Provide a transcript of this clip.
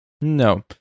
No